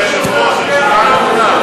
היושב-ראש, הישיבה נעולה?